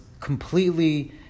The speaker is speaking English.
completely